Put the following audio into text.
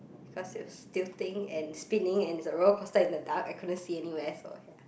because it was tilting and spinning and the roller coaster in the dark I couldn't see anywhere so ya